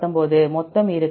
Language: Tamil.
131 119 மொத்தம் இருக்கும்